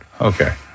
Okay